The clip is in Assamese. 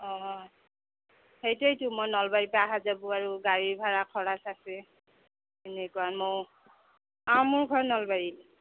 অ সেইটোৱেতো মই নলবাৰীৰ পৰা অহা যোৱা আৰু গাড়ী ভাৰা খৰচ আছে এনেকুৱা মইও অ মোৰ ঘৰ নলবাৰীত